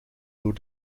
door